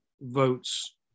votes